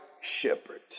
shepherd